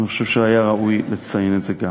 אני חושב שהיה ראוי לציין גם את זה.